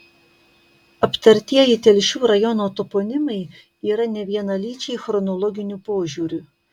aptartieji telšių rajono toponimai yra nevienalyčiai chronologiniu požiūriu